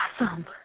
Awesome